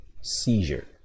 seizure